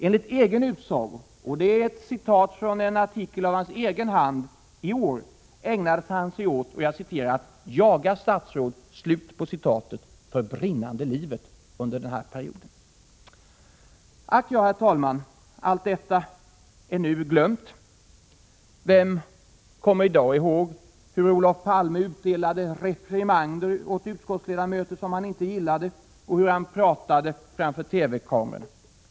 Enligt egen utsago, och det är ett citat från en artikel av hans egen hand i år, ägnade han sig åt att ”jaga statsråd” för brinnande livet under denna period. Ack ja, herr talman! Allt detta är nu glömt. Vem kommer i dag ihåg hur Olof Palme utdelade ”reprimander” åt utskottsledamöter som han inte gillade och hur han pratade framför TV-kamerorna.